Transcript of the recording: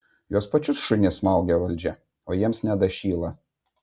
juos pačius šunis smaugia valdžia o jiems nedašyla